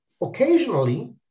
Occasionally